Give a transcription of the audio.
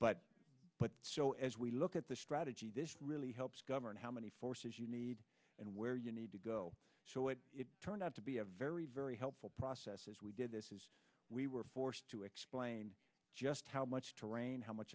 but so as we look at the strategy that really helps govern how many forces you need and where you need to go it turned out to be a very very helpful process as we did this is we were forced to explain just how much terrain how much